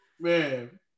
man